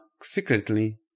secretly